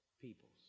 peoples